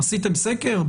עשיתם סקר?